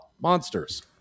Monsters